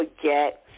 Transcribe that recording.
forget